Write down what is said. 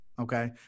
Okay